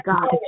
God